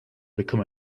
become